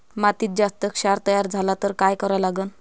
मातीत जास्त क्षार तयार झाला तर काय करा लागन?